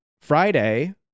Friday